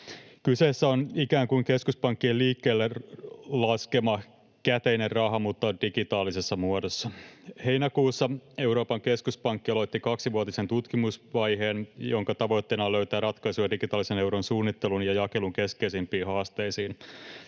Kyseessä on ikään kuin keskuspankkien liikkeelle laskema käteinen raha, mutta digitaalisessa muodossa. Heinäkuussa Euroopan keskuspankki aloitti kaksivuotisen tutkimusvaiheen, jonka tavoitteena on löytää ratkaisuja digitaalisen euron suunnittelun ja jakelun keskeisimpiin haasteisiin.